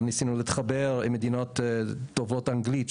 גם ניסינו להתחבר עם מדינות טובות אנגלית,